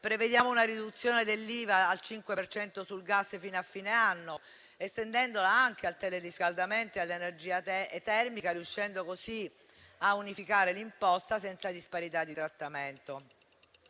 Prevediamo una riduzione dell'IVA al 5 per cento sul gas fino a fine anno, estendendola anche al teleriscaldamento e all'energia termica, riuscendo così a unificare l'imposta senza disparità di trattamento.